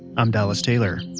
um dallas taylor